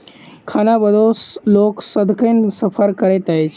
खानाबदोश लोक सदिखन सफर करैत अछि